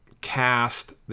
cast